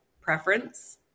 preference